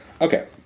Okay